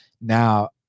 now